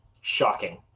Shocking